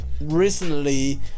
recently